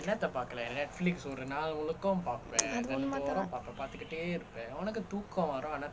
அது ஒன்னும் மட்டும் தான்:athu onnu mattum thaan